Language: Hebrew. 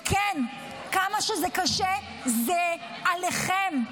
וכן, כמה שזה קשה, זה עליכם,